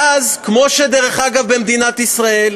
ואז, כמו שאגב במדינת ישראל,